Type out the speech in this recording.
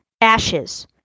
Ashes